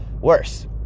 worse